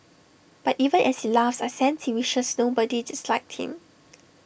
but even as he laughs I sense he wishes nobody disliked him